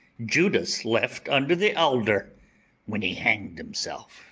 judas left under the elder when he hanged himself.